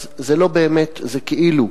אז זה לא באמת, זה כאילו.